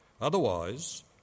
Otherwise